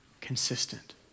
consistent